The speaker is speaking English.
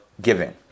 giving